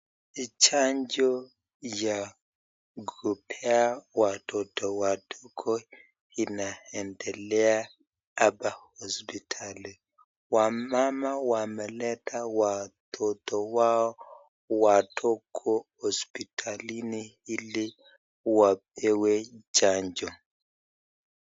Ni chanjo ya kupea watoto wadogo inaendelea hapa hospitali. Wamama wameleta watoto wao wafogo hospitalini ili wapewe chanjo.